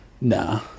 Nah